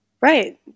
Right